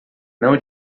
não